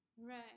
right